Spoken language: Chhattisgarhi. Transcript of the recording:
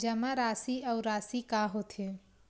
जमा राशि अउ राशि का होथे?